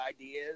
ideas